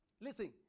Listen